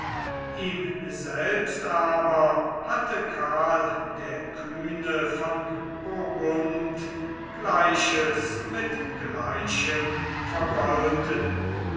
ihm selbst aber hatte karl der kühne von burgund gleiches mit gleichem vergolten